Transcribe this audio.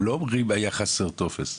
הם לא אומרים היה חסר טופס,